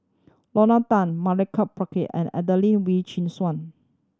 Lorna Tan Milenko Prvacki and Adelene Wee Chin Suan